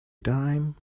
dime